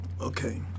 Okay